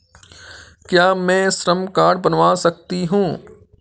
क्या मैं श्रम कार्ड बनवा सकती हूँ?